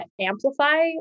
amplify